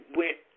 went